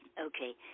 Okay